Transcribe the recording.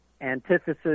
antithesis